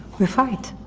we fight.